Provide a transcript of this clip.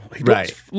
Right